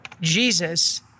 Jesus